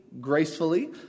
gracefully